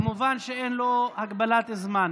כמובן שאין לו הגבלת זמן.